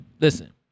Listen